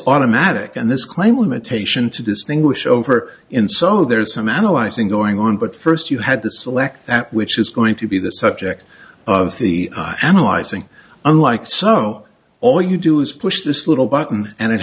automatic and this claim limitation to distinguish over in so there is some analyzing going on but first you had to select that which is going to be the subject of the analyzing unliked so all you do is push this little button and it